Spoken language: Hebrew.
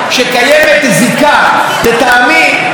לטעמי גבוהה מדי,